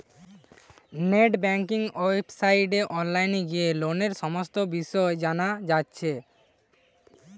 net banking ওয়েবসাইটে online গিয়ে লোনের সমস্ত বিষয় জানা যাচ্ছে